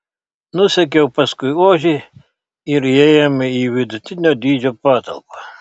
nusekiau paskui ožį ir įėjome į vidutinio dydžio patalpą